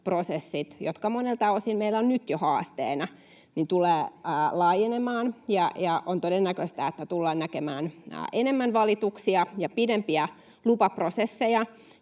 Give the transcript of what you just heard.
jotka monelta osin ovat meillä nyt jo haasteena, tulevat laajenemaan. On todennäköistä, että tullaan näkemään enemmän valituksia ja pidempiä lupaprosesseja.